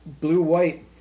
Blue-White